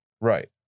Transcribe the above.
Right